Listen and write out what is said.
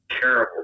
terrible